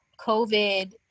COVID